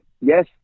yes